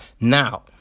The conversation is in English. Now